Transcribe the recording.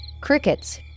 crickets